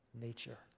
nature